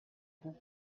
roux